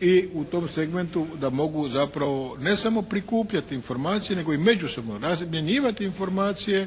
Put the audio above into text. i u tom segmentu da mogu zapravo ne samo prikupljati informacije nego i međusobno razmjenjivati informacije